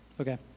Okay